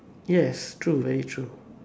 yes true very true